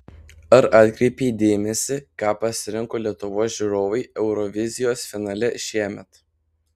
ar atkreipei dėmesį ką pasirinko lietuvos žiūrovai eurovizijos finale šiemet